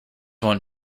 want